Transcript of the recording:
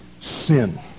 Sin